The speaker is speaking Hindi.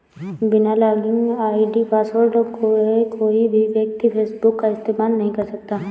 बिना लॉगिन आई.डी पासवर्ड के कोई भी व्यक्ति फेसबुक का इस्तेमाल नहीं कर सकता